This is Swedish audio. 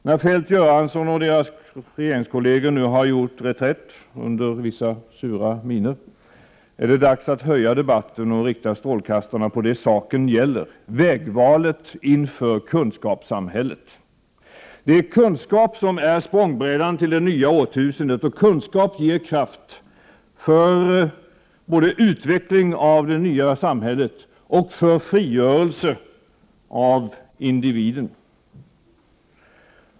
När Feldt, Göransson och deras regeringskollegor nu har gjort reträtt under vissa sura miner är det dags att höja debatten och rikta strålkastarna på det saken gäller: vägvalet inför kunskapssamhället. Det är kunskap som är språngbrädan till det nya årtusendet. Kunskap ger kraft för både utveckling av det nya samhället och frigörelse av individen.